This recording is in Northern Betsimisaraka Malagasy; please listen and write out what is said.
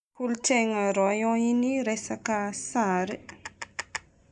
Kolontsaina Royon Uni resaka sary e